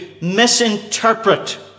misinterpret